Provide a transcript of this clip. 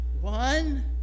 One